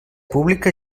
pública